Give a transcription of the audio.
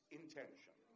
intention